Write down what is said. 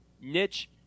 niche